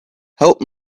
help